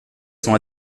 sont